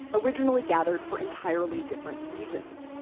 originally gathered for entirely different reasons.